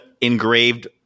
engraved